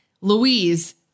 Louise